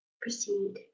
proceed